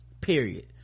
period